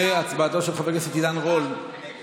והצבעתו של חבר הכנסת עידן רול כמתנגד.